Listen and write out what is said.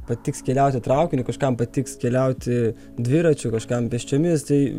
patiks keliauti traukiniu kažkam patiks keliauti dviračiu kažkam pėsčiomis tai